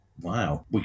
Wow